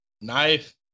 Knife